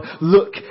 look